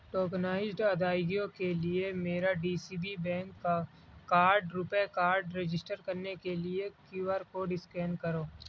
tokenized ادائیگیوں کے لیے میرا ڈی سی بی بینک کا کارڈ روپے کارڈ رجسٹر کرنے کے لیے کیو آر کوڈ اسکین کرو